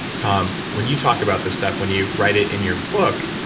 tom, when you talk about this stuff, when you write it in your book,